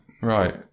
Right